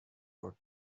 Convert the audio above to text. for